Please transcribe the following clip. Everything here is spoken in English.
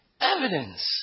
evidence